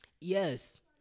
Yes